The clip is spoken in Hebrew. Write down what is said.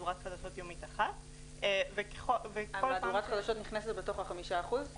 מהדורת חדשות יומית אחת --- מהדורת החדשות נכנסת בתוך ה-5%?